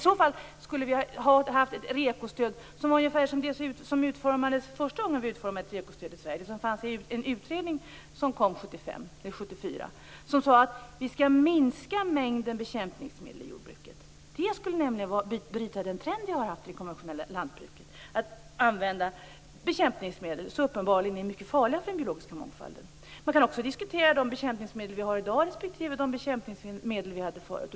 I så fall skulle vi ha haft ett sådant REKO-stöd som det som fanns med i en utredning 1974, den första gången vi utformade ett REKO-stöd i Sverige, nämligen ett som gick ut på att minska mängden bekämpningsmedel i jordbruket. Det skulle innebära att vi kunde bryta trenden i det konventionella lantbruket att använda bekämpningsmedel som uppenbarligen är mycket farliga för den biologiska mångfalden. Man kan också diskutera de bekämpningsmedel vi har i dag respektive de bekämpningsmedel vi hade förut.